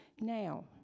Now